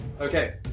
Okay